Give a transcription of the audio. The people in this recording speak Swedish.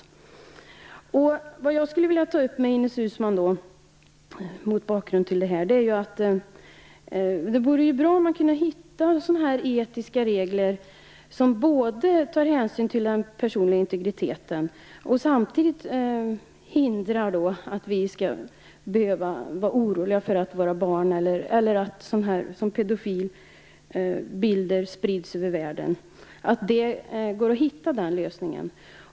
Det jag mot denna bakgrund skulle vilja ta upp med Ines Uusmann är att det vore bra om man kunde hitta etiska regler som dels tar hänsyn till den personliga integriteten, dels hindrar att pedofilbilder sprids över världen så att vi skall behöva vara oroliga för våra barn. Det vore bra om det gick att hitta den lösningen.